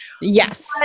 Yes